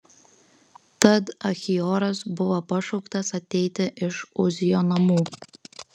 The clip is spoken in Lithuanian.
tad achioras buvo pašauktas ateiti iš uzijo namų